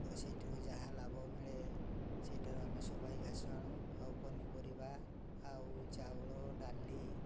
ସେହିଠାରୁ ଯାହା ଲାଭ ମିଳେ ସେହିଠାରୁ ଆମେ ସବାଇ ଘାସ ଆଣୁ ଆଉ ପନିପରିବା ଆଉ ଚାଉଳ ଡାଲି